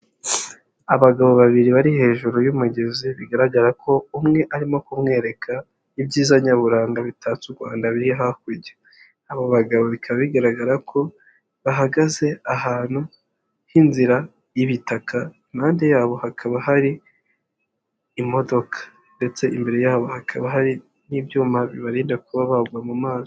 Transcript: Abagabo babiri bari hejuru y'umugezi bigaragara ko umwe arimo kumwereka ibyiza nyaburanga bitatse u Rwanda biri hakurya, abo bagabo bikaba bigaragara ko bahagaze ahantu h'inzira y'ibitaka impande yabo hakaba hari imodoka, ndetse imbere yabo hakaba hari n'ibyuma bibarinda kuba bagwa mu mazi.